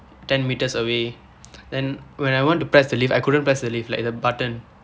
ten metres away then when I want to press the lift I couldn't press the lift like the button